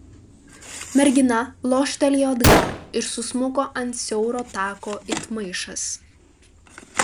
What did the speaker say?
mergina loštelėjo atgal ir susmuko ant siauro tako it maišas